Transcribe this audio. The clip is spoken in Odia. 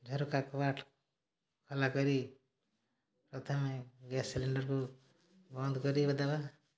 ଝର୍କା କବାଟ୍ ଖୋଲା କରି ପ୍ରଥମେ ଗ୍ୟାସ୍ ସିଲିଣ୍ଡର୍କୁ ବନ୍ଦ୍ କରିଦେବା